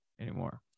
anymore